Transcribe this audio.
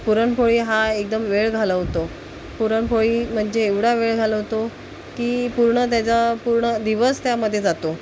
पुरणपोळी हा एकदम वेळ घालवतो पुरणपोळी म्हणजे एवढा वेळ घालवतो की पूर्ण त्याचा पूर्ण दिवस त्यामध्ये जातो